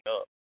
up